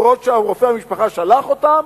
גם אם רופא המשפחה שלח אותם,